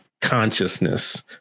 consciousness